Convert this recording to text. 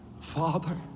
Father